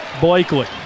Blakely